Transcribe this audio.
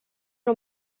una